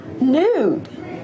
nude